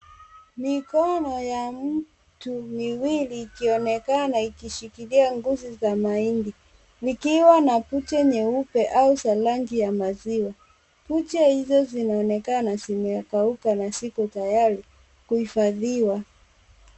Mikono ya mtu miwili ikionekana ikishikilia nguzi za mahindi likiwa na buja nyeupe au za rangi ya maziwa. Buja izo zinaonekana zimekauka na ziko tayari kuhifadiwa.